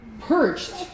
perched